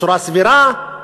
בצורה סבירה,